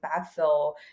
backfill